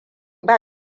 ba